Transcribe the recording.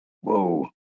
Whoa